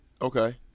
okay